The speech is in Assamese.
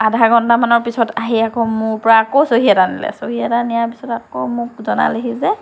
আধা ঘণ্টামানৰ পিছত আহি মোৰ পৰা আকৌ চহী এটা নিলে চহী এটা নিয়াৰ পিছত আকৌ মোক জনালেহি যে